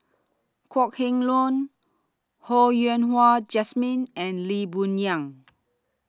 Kok Heng Leun Ho Yen Wah Jesmine and Lee Boon Yang